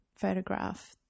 photograph